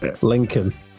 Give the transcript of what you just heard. Lincoln